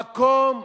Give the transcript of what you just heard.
המקום היחידי,